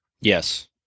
Yes